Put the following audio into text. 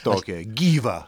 tokią gyvą